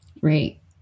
Right